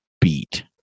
beat